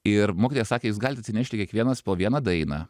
ir mokytoja sakė jūs galit atsinešti kiekvienas po vieną dainą